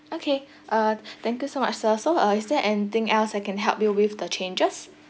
okay uh thank you so much sir so uh is there anything else I can help you with the changes